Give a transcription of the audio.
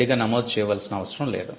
విడిగా నమోదు చేయవలసిన అవసరం లేదు